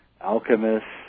alchemists